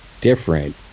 different